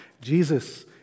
Jesus